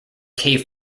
cave